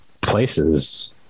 places